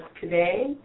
today